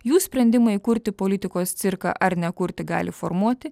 jų sprendimai kurti politikos cirką ar nekurti gali formuoti